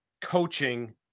coaching